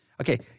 Okay